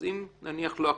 אז אם נניח לא הכנסת,